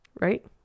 Right